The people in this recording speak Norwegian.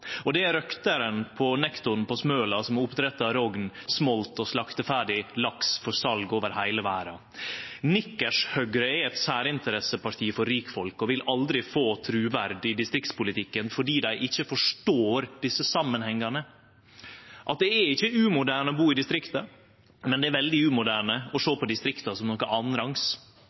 og det er røktaren på Nekton på Smøla, som har oppdrett av rogn, smolt og slakteferdig laks for sal over heile verda. Nikkers-Høgre er eit særinteresseparti for rikfolk og vil aldri få truverd i distriktspolitikken – fordi dei ikkje forstår desse samanhengane, at det ikkje er umoderne å bu i distrikta. Men det er veldig umoderne å sjå på distrikta som noko